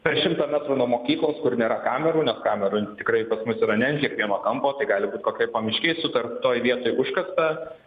per šimtą metrų nuo mokyklos kur nėra kamerų nes kamerų tikrai pas mus yra ne ant kiekvieno kampo tai gali būt kokioj pamiškėj sutartoj vietoj užkasta